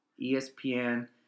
ESPN